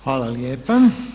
Hvala lijepa.